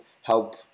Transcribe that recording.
help